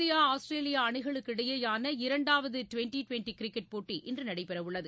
India Australia அணிகளுக்கிடையேயான இரண்டாவது twenty twenty cricket போட்டி இன்று நடைபெறவுள்ளது